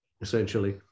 essentially